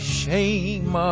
shame